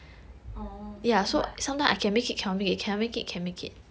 orh but